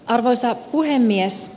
arvoisa puhemies